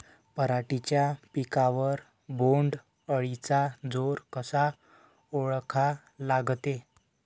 पराटीच्या पिकावर बोण्ड अळीचा जोर कसा ओळखा लागते?